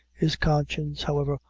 his conscience, however,